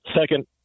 Second